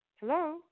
Hello